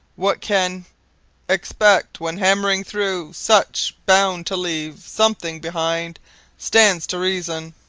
what can expect when hammering through such bound to leave something behind stands to reason.